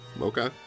okay